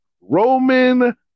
Roman